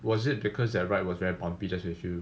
was it because the ride was very bumpy that's why you feel